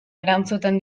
erantzuten